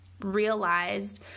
realized